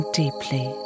deeply